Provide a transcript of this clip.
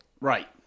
Right